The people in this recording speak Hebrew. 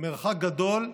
המרחק גדול,